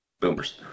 Boomers